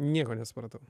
nieko nesupratau